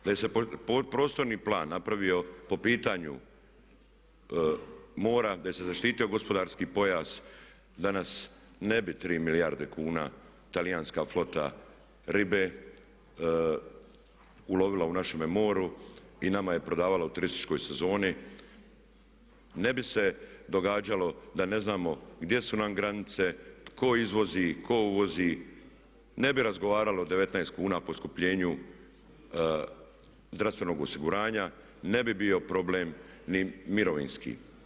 Da se prostorni plan napravio po pitanju mora, da se zaštitio gospodarski pojas danas ne bi 3 milijarde kuna talijanska flota ribe ulovila u našem moru i nama je prodavala u turističkoj sezoni, ne bi se događalo da ne znamo gdje su nam granice, tko izvozi, tko uvozi, ne bi razgovarali o 19 kuna poskupljenju zdravstvenog osiguranja, ne bi bio problem ni mirovinski.